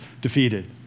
defeated